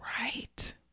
Right